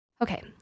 Okay